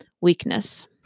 Weakness